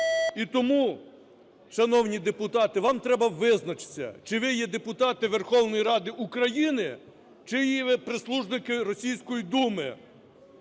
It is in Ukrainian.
І тому, шановні депутати, вам треба визначитися, чи ви є депутати Верховної Ради України, чи є ви прислужники Російської Думи.